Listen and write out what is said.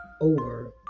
over